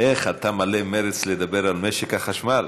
איך אתה מלא מרץ לדבר על משק החשמל.